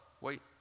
wait